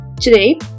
Today